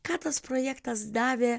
ką tas projektas davė